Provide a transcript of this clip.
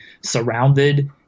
surrounded